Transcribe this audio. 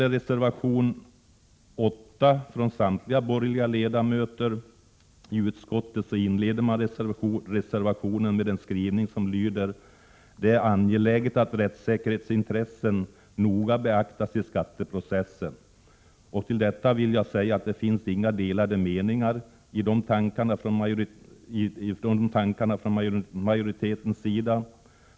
Reservation 8, från samtliga borgerliga ledamöter i utskottet, inleds med en skrivning som lyder: ”Det är angeläget att rättssäkerhetsintressen noga beaktas i skatteprocessen.” Till detta vill jag säga att det finns inga delade meningar i de tankarna från majoritetens sida.